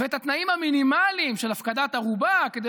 ואת התנאים המינימליים של הפקדת ערובה כדי